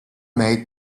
made